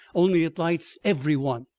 only it lights every one!